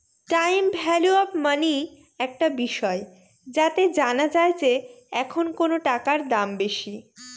time value of money একটা বিষয় যাতে জানা যায় যে এখন কোনো টাকার দাম বেশি